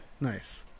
nice